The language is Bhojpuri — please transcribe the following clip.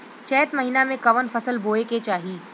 चैत महीना में कवन फशल बोए के चाही?